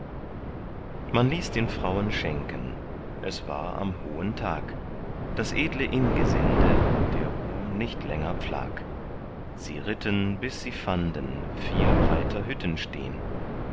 man ließ den frauen schenken es war am hohen tag das edle ingesinde der ruh nicht länger pflag sie ritten bis sie fanden viel breiter hütten stehn